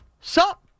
sup